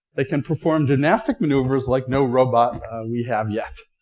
they can perform gymnastic maneuvers like no robot we have yet.